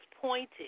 pointed